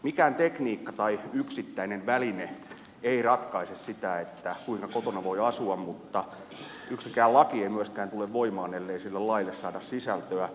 mikään tekniikka tai yksittäinen väline ei ratkaise sitä kuinka kotona voi asua mutta yksikään laki ei myöskään tule voimaan ellei sille laille saada sisältöä